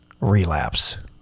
relapse